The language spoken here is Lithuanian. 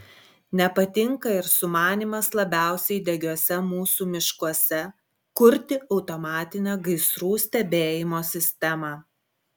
nepatinka ir sumanymas labiausiai degiuose mūsų miškuose kurti automatinę gaisrų stebėjimo sistemą